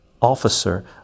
officer